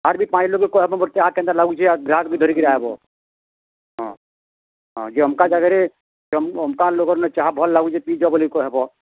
ଆର୍ ବି ପ୍ରାୟ ଲୋକ୍ କହେବ୍ ମୋର୍ ଚାହା କେନ୍ତା ଲାଗୁଚେ ଆଉ ଗ୍ରାହାକ୍ ବି ଧରିକିରି ଆଇବ୍ ହଁ ହଁ ଯେ ଅମକା ଜାଗାରେ ସେ ଅମକା ଲୋକ୍ର ନା ଚାହା ଭଲ୍ ଲାଗୁଛେ ପିଇଯା ବୋଲି କହେବ୍